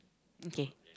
okay